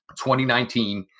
2019